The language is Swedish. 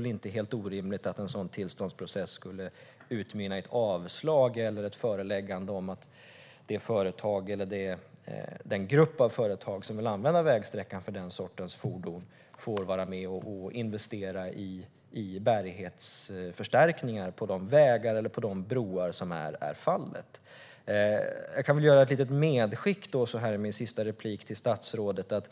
det inte orimligt att en sådan tillståndsprocess skulle utmynna i ett avslag eller i ett föreläggande om att det företag eller den grupp av företag som vill använda vägsträckan för den sortens fordon får vara med och investera i bärighetsförstärkningar på de vägar eller broar som är aktuella. Låt mig i mitt sista inlägg göra ett medskick till statsrådet.